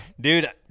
dude